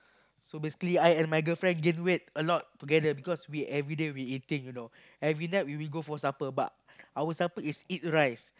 so basically I and my girlfriend gain weight a lot together because everyday we eating you know every night we go for supper but our supper is eat rice